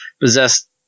possessed